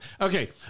Okay